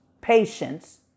patience